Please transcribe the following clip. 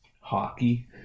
Hockey